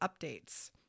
updates